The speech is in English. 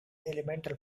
elemental